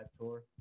tour